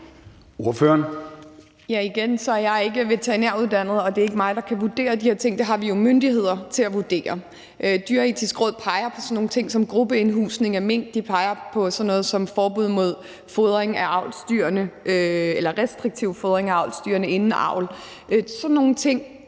jeg sige, at jeg ikke er veterinært uddannet, og at det ikke er mig, der kan vurdere de her ting; det har vi jo myndigheder til at vurdere. Det Dyreetiske Råd peger på sådan nogle ting som gruppeindhusning af mink, de peger på sådan noget som restriktiv fodring af avlsdyrene inden avl. Sådan nogle ting